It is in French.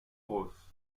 grosses